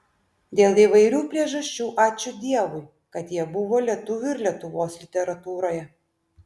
dėl įvairių priežasčių ačiū dievui kad jie buvo lietuvių ir lietuvos literatūroje